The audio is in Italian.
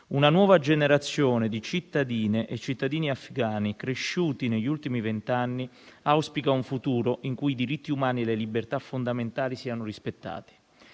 Una nuova generazione di cittadine e cittadini afghani, cresciuti negli ultimi venti anni, auspica un futuro in cui i diritti umani e le libertà fondamentali siano rispettati.